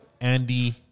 Andy